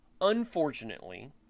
Unfortunately